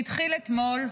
שהתחיל אתמול,